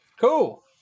Cool